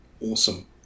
awesome